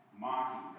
mocking